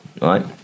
right